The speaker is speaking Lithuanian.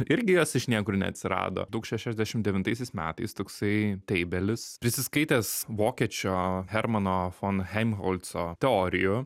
irgi jos iš niekur neatsirado daug šešiasdešim devintaisiais metais toksai teibelis prisiskaitęs vokiečio hermano fon hemholco teorijų